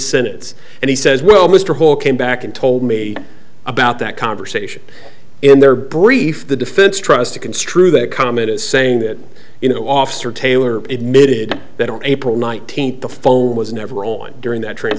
sentence and he says well mr hall came back and told me about that conversation in their brief the defense tries to construe that comment as saying that you know officer taylor admitted that on april nineteenth the phone was never on during that tr